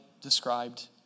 described